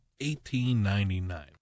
1899